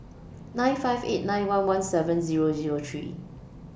nine five eight nine one one seven Zero Zero three